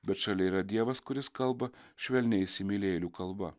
bet šalia yra dievas kuris kalba švelniai įsimylėjėlių kalba